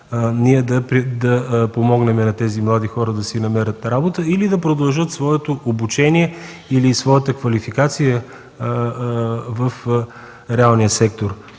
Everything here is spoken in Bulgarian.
ние да помогнем на тези млади хора да си намерят работа или да продължат своето обучение и квалификация в реалния сектор.